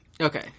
Okay